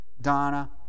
Donna